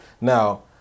Now